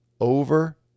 Over